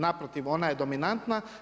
Naprotiv, ona je dominanta.